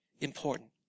important